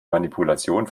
manipulation